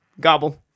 Gobble